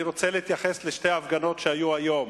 אני רוצה להתייחס לשתי הפגנות שהיו היום.